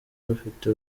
bafite